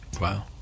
Wow